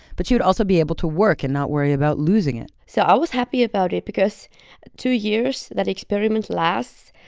but she'd also be able to work and not worry about losing it so i was happy about it because two years that experiment lasts.